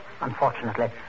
unfortunately